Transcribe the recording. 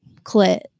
clit